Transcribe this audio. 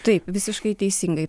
taip visiškai teisingai